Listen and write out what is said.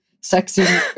sexy